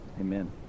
Amen